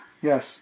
Yes